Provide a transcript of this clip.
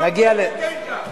איפה הוא?